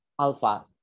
Alpha